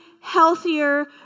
healthier